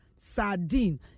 Sardine